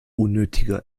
unnötiger